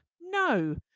No